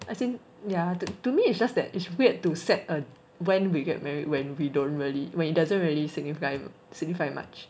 as in ya to me it's just that it's weird to set a when we get married when we don't really when it doesn't really signify signify much